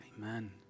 Amen